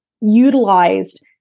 utilized